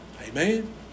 Amen